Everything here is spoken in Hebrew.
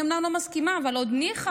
אני אומנם לא מסכימה, אבל עוד ניחא,